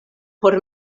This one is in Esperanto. por